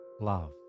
love